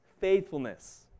faithfulness